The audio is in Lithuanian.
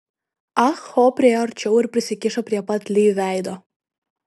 ah ho priėjo arčiau ir prisikišo prie pat li veido